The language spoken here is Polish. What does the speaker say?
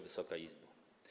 Wysoka Izbo!